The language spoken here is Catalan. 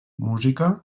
música